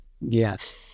Yes